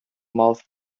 mouth